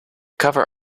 cover